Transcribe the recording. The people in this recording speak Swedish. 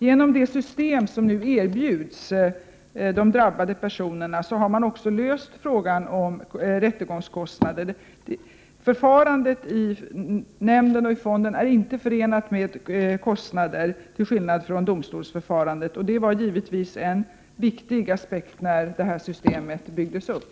Genom det system som nu erbjuds de drabbade personerna har man också löst frågan om rättegångskostnader. Förfarandet i nämnden och fonden är inte förenat med kostnader till skillnad från domstolsförfarandet. Det var givetvis en viktig aspekt när detta system byggdes upp.